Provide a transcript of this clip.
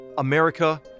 America